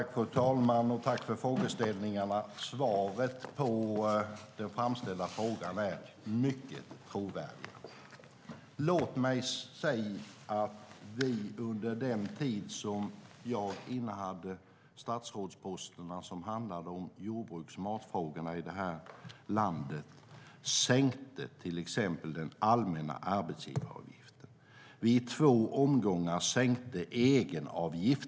Fru talman! Tack för frågorna, Anders Forsberg! Svaret på den sist ställda frågan är: Mycket trovärdigt. Låt mig säga att vi under den tid som jag innehade den statsrådspost som gällde jordbruks och matfrågorna sänkte den allmänna arbetsgivaravgiften. Vi sänkte egenavgifterna i två omgångar.